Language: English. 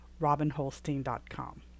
RobinHolstein.com